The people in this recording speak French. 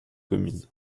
communes